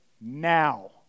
now